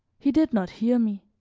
he did not hear me